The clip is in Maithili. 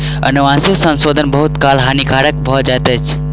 अनुवांशिक संशोधन बहुत काल हानिकारक भ जाइत अछि